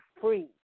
free